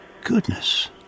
Goodness